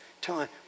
time